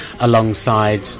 alongside